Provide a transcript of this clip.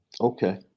okay